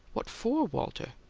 what for, walter?